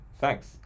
thanks